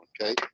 okay